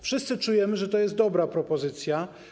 Wszyscy czujemy, że to jest dobra propozycja.